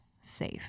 safe